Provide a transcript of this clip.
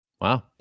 Wow